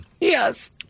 Yes